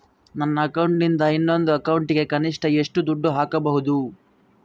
ನನ್ನ ಅಕೌಂಟಿಂದ ಇನ್ನೊಂದು ಅಕೌಂಟಿಗೆ ಕನಿಷ್ಟ ಎಷ್ಟು ದುಡ್ಡು ಹಾಕಬಹುದು?